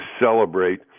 celebrate